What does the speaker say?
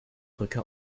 brücke